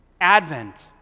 Advent